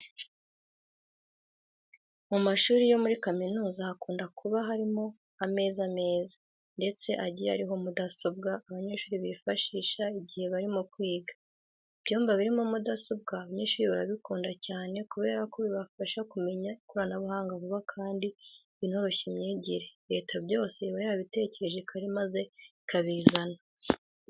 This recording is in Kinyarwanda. Mu mashuri yo muri kaminuza hakunda kuba harimo ameza meza ndetse agiye ariho mudasobwa abanyeshuri bifashisha igihe barimo kwiga. Ibyumba birimo mudasobwa abanyeshuri barabikunda cyane kubera ko bibafasha kumenya ikoranabuhanga vuba kandi binoroshya imyigire. Leta byose iba yarabitekereje kare maze ikabizana.